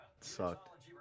Sucked